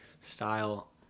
style